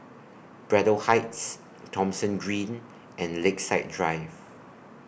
Braddell Heights Thomson Green and Lakeside Drive